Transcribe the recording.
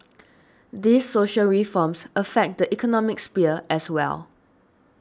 these social reforms affect the economic sphere as well